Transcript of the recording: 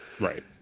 Right